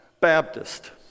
Baptist